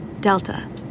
Delta